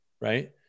Right